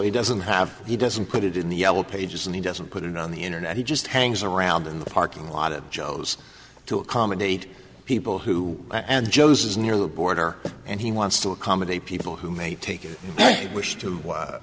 he doesn't have he doesn't put it in the yellow pages and he doesn't put it on the internet he just hangs around in the parking lot of joes to accommodate people who and joes is near the border and he wants to accommodate people who may take it they wish to